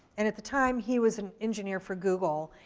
and at the time he was an engineer for google,